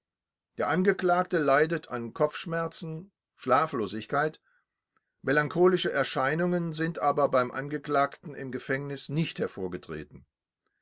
der angeklagte leidet an kopfschmerzen schlaflosigkeit melancholische erscheinungen sind aber beim angeklagten im gefängnis nicht hervorgetreten